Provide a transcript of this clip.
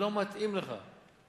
לא מתאים לך.